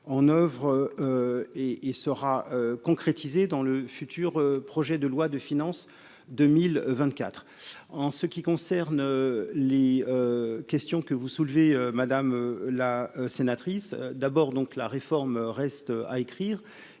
en oeuvre et il sera concrétisé dans le futur projet de loi de finances 2024. En ce qui concerne les questions que vous soulevez, madame la sénatrice d'abord donc la réforme reste à écrire,